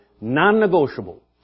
non-negotiable